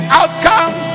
outcome